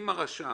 אם הרשם